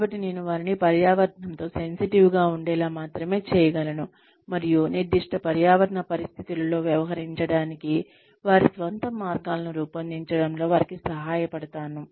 కాబట్టి నేను వారిని పర్యావరనం తో సెన్సిటివ్ గా ఉండేలా మాత్రమే చేయగలను మరియు నిర్దిష్ట పర్యావరణ పరిస్థితులలో వ్యవహరించటానికి వారి స్వంత మార్గాలను రూపొందించడంలో వారికి సహాయపడతాను